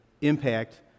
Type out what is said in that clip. impact